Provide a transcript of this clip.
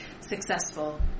successful